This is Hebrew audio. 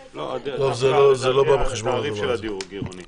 לא, התעריף של הדיור הוא גירעוני.